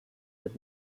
mit